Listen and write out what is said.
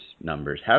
numbers